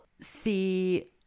See